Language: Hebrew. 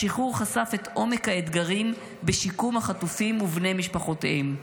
השחרור חשף את עומק האתגרים בשיקום החטופים ובני משפחותיהם,